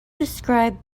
described